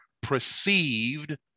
perceived